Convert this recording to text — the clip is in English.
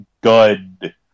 good